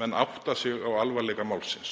menn átti sig á alvarleika málsins.